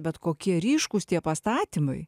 bet kokie ryškūs tie pastatymai